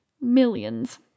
millions